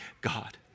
God